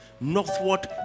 northward